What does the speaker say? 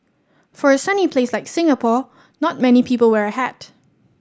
for a sunny place like Singapore not many people wear a hat